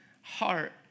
heart